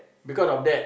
because of that